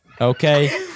okay